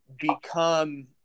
become